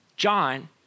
John